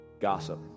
gossip